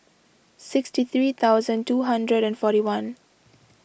sixty three thousand two hundred and forty one